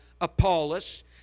Apollos